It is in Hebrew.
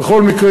בכל מקרה,